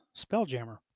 Spelljammer